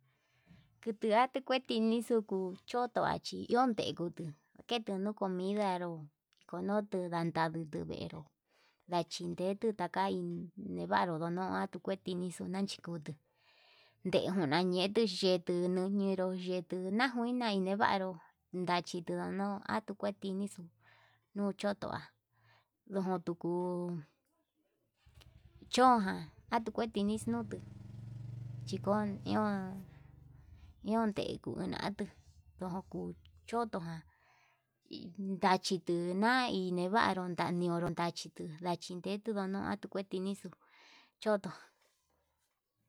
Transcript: Kutu atuu kueti nixuu kuu choati nandeku kuu ketuno komidaro donoto nandegui, ndero nachindero tukuu teka iin ndachindero nixuu nakutun ndejuna yexuu yetuu nu yenru yetuna'a, nuinai nevanró ndachito no'o atuu kue tinixuu nuchotoa ndojon tuu kuu chonján tukue tixni nutuu chikon iho ñio tikunatu ndojun chotoján, hindachitu na iin nevaru niuru tachituu ndachidetu natukuetini xuu, choto.